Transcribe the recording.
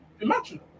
Imagine